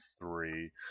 three